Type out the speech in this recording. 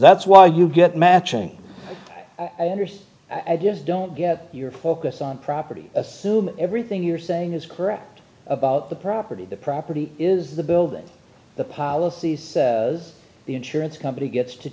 that's why you get matching i understand i just don't get your focus on property assume everything you're saying is correct about the property the property is the building the policy says the insurance company gets to